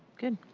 good,